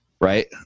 right